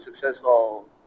successful